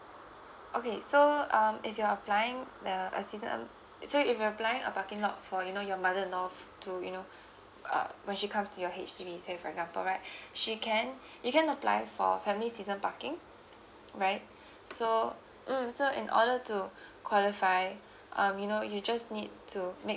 okay so um if you're applying a a season um so if you're applying a parking lot for you know your mother in law to you know uh when she comes to your H_D_B say for example right she can you can apply for family season parking right so um so in order to qualify um you know you just need to make